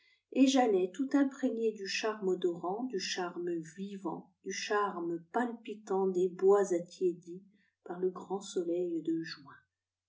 et j'allais tout imprégné du charme odorant du charme vivant du charme palpitant des bois attiédis par le grand soleil de juin